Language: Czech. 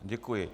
Děkuji.